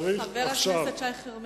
צריך, עכשיו, חבר הכנסת שי חרמש.